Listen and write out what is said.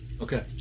Okay